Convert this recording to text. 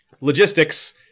logistics